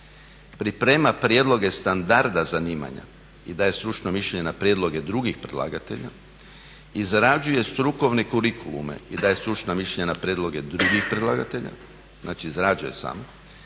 priprema prijedloge standarda zanimanja i daje stručno mišljenje na prijedloge drugih predlagatelja, izrađuje strukovne kurikulume i daje stručna mišljenja na prijedloge drugih predlagatelja, znači izrađuje sama,